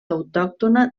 autòctona